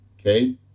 okay